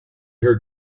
her